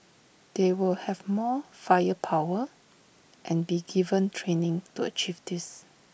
they will have more firepower and be given training to achieve this